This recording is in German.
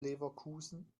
leverkusen